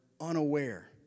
unaware